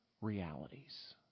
realities